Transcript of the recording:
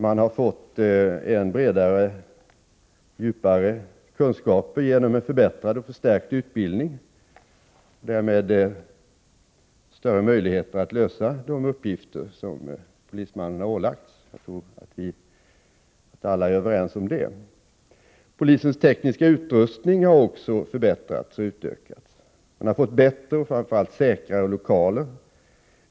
Man har fått bredare och djupare kunskaper genom en förbättrad och Nr 143 förstärkt utbildning, och därmed större möjligheter att lösa de uppgifter som Måndagen den polismännen har ålagts. Jag tror att alla är överens om det. 13 maj 1985 Polisens tekniska utrustning har förbättrats och utökats. Man har fått bättre och framför allt säkrare lokaler.